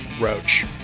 roach